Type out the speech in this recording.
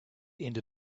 into